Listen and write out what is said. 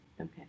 Okay